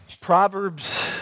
Proverbs